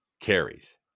carries